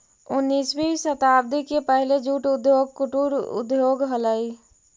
उन्नीसवीं शताब्दी के पहले जूट उद्योग कुटीर उद्योग हलइ